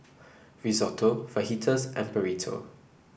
Risotto Fajitas and Burrito